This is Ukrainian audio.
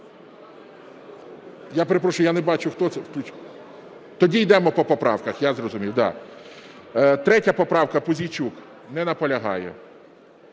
я не бачу, хто це. Тоді йдемо по поправках, я зрозумів, да. 3 поправка, Пузійчук. Не наполягає.